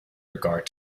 regard